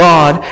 God